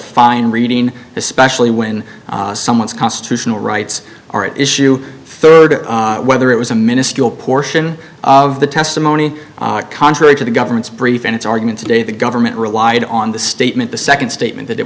fine reading especially when someone's constitutional rights are at issue third whether it was a minuscule portion of the testimony contrary to the government's brief in its argument today the government relied on the statement the second statement that it